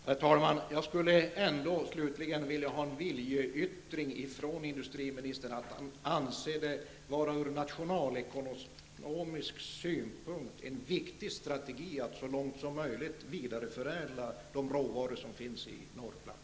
Herr talman! Jag skulle vilja ha en viljeyttring från industriministern att han anser det vara en ur nationalekonomisk synpunkt viktig strategi att så långt som möjligt vidareförädla de råvaror som finns i Norrland.